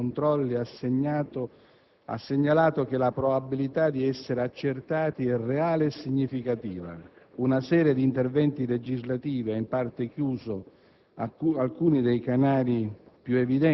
La riorganizzazione della macchina dei controlli ha segnalato che la probabilità di essere accertati è reale e significativa; una serie di interventi legislativi ha in parte chiuso